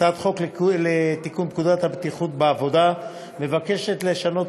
הצעת חוק לתיקון פקודת הבטיחות בעבודה מבקשת לשנות